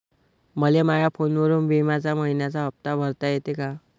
मले माया फोनवरून बिम्याचा मइन्याचा हप्ता भरता येते का?